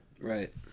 Right